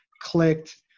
clicked